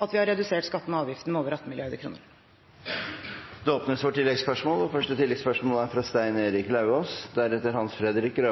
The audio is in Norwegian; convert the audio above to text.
at vi har redusert skattene og avgiftene med over 18 mrd. kr. Det åpnes for oppfølgingsspørsmål – først representanten Stein Erik Lauvås. Dette handler ikke